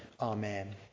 Amen